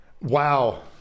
Wow